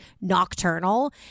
nocturnal